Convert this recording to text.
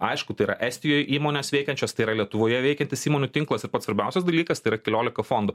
aišku tai yra estijoj įmones veikiančios tai yra lietuvoje veikiantis įmonių tinklas ir pats svarbiausias dalykas tai yra keliolika fondų